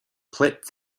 plitt